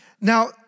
Now